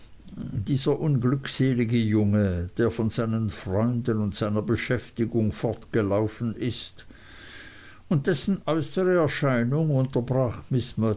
dieser unglückselige junge der von seinen freunden und seiner beschäftigung fortgelaufen ist und dessen äußere erscheinung unterbrach miß